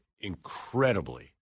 incredibly